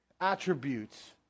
attributes